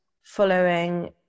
following